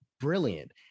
brilliant